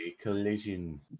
collision